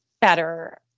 better